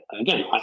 again